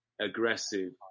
aggressive